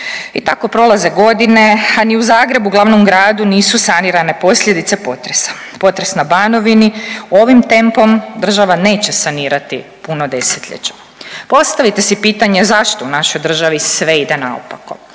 I tako prolaze godine, a ni u Zagrebu, glavnom gradu nisu sanirane posljedice potresa. Potres na Banovini ovim tempom država neće sanirati puno desetljeća. Postavite si pitanje zašto u našoj državi sve ide naopako?